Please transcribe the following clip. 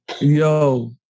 yo